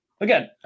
Again